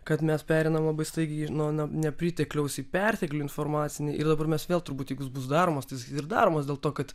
kad mes pereinam labai staigiai nuo nuo nepritekliaus į perteklių informacinį ir dabar mes vėl turbūt jeigu jis bus daromas ir daromas dėl to kad